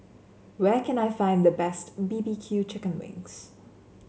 where can I find the best B B Q Chicken Wings